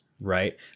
Right